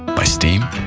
by steam,